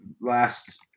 last